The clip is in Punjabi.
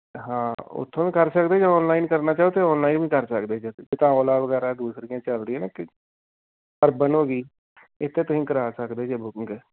ਹਾਂ ਉੱਥੋਂ ਵੀ ਕਰ ਸਕਦੇ ਜੇ ਔਨਲਾਈਨ ਕਰਨਾ ਚਾਹੋ ਤਾਂ ਔਨਲਾਈਨ ਵੀ ਕਰ ਸਕਦੇ ਜੇ ਤੁਸੀਂ ਇੱਕ ਤਾਂ ਓਲਾ ਵਗੈਰਾ ਦੂਸਰੀਆਂ ਚੱਲਦੀਆਂ ਨੇ ਤੇ ਪਰ ਬਣੂਗੀ ਇੱਥੇ ਤੁਸੀਂ ਕਰਾ ਸਕਦੇ ਜੇ ਬੁਕਿੰਗ